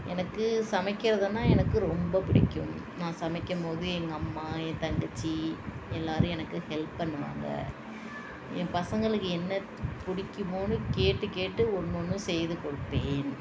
எனக்கு சமைக்கிறதுனால் எனக்கு ரொம்ப பிடிக்கும் நான் சமைக்கம்மோது எங்கள் அம்மா என் தங்கச்சி எல்லாரும் எனக்கு ஹெல்ப் பண்ணுவாங்க என் பசங்களுக்கு என்ன பிடிக்குமோனு கேட்டு கேட்டு ஒன்று ஒன்று செய்து கொடுப்பேன்